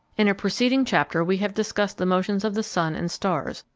in a preceding chapter we have discussed the motions of the sun and stars,